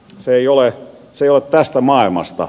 se ei ole tästä maailmasta